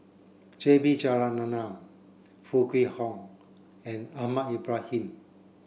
J B Jeyaretnam Foo Kwee Horng and Ahmad Ibrahim